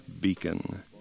beacon